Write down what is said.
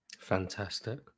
Fantastic